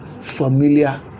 familiar